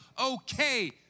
okay